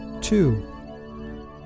two